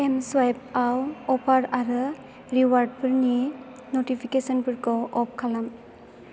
एमस्वुइफआव अफार आरो रिवार्डफोरनि नटिफिकेसनफोरखौ अफ खालाम